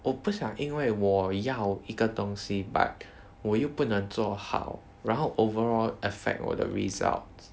我不想因为我要一个东西 but 我又不能做好然后 overall affect 我的 results